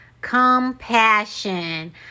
compassion